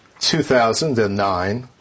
2009